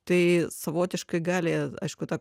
tai savotiškai gali aišku ta